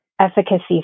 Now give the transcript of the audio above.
efficacy